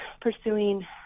pursuing